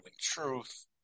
Truth